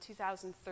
2013